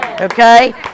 okay